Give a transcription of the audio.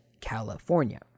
California